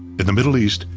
in the middle east,